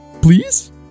Please